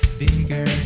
bigger